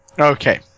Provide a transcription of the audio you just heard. Okay